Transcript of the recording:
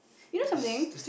you know something